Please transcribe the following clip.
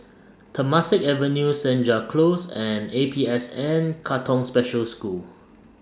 Temasek Avenue Senja Close and A P S N Katong Special School